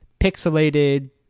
pixelated